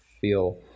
feel